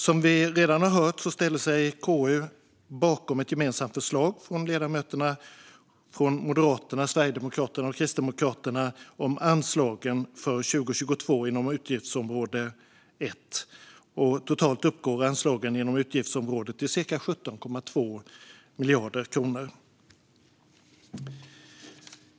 Som vi redan har hört ställer sig KU bakom ett gemensamt förslag från ledamöterna i Moderaterna, Sverigedemokraterna och Kristdemokraterna om anslagen för 2022 inom utgiftsområde 1. Totalt uppgår anslagen inom utgiftsområdet till cirka 17,2 miljarder kronor.